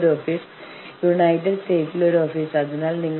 മറ്റൊരു പ്രശ്നം ഇവിടെ വിലപേശൽ വിഷയങ്ങളാണ്